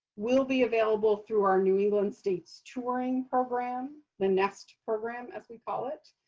will be available through our new england states touring program, the nest program as we call it,